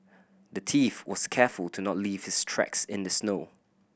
the thief was careful to not leave his tracks in the snow